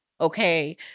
Okay